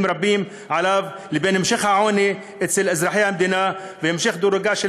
רבים עליו לבין המשך העוני אצל אזרחי המדינה והמשך דירוגה של